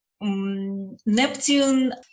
Neptune